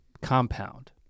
compound